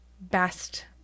best